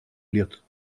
лет